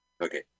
Okay